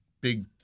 big